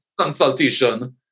consultation